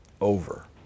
Over